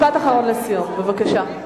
משפט אחרון לסיום, בבקשה.